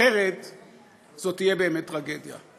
אחרת זו תהיה באמת טרגדיה.